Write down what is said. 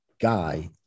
guy